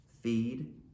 feed